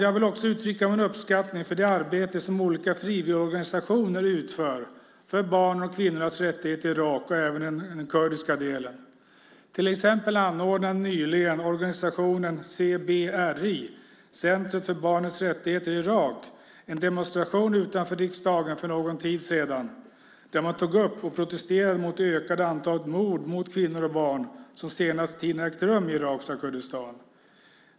Jag vill uttrycka min uppskattning för det arbete som olika frivilligorganisationer utför för kvinnors och barns rättigheter i Irak, även i den norra kurdiska delen. Organisationen CBRI - Centret för barnens rättigheter i Irak - anordnade till exempel en demonstration utanför riksdagen för någon tid sedan. Då tog man upp och protesterade mot det ökande antalet mord på kvinnor och barn som den senaste tiden ägt rum i irakiska Kurdistan.